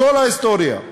בכל ההיסטוריה,